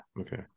Okay